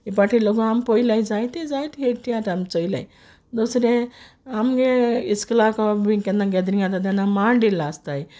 हे पाटी देखून आम पोयलाय जायते जायते हेळ तियात्र आम चोयलाय दुसरे आमगे इस्क्लाको बीन केन्ना गॅदरींग आसता तेन्ना मांड आसताय